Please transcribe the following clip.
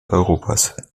europas